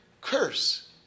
curse